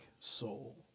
soul